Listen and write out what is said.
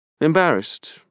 Embarrassed